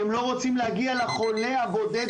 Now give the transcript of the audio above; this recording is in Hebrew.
כי הם לא רוצים להגיע לחולה הבודד